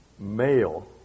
male